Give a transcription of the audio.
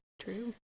True